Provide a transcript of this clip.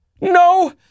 No